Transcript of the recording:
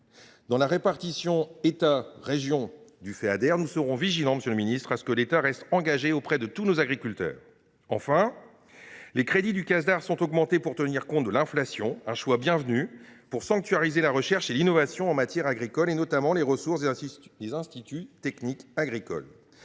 nous serons vigilants, monsieur le ministre, pour que l’État reste engagé auprès de tous nos agriculteurs. Enfin, les crédits du Casdar sont augmentés pour tenir compte de l’inflation, un choix bienvenu pour sanctuariser la recherche et l’innovation en matière agricole, notamment les ressources des instituts techniques agricoles.